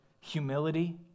humility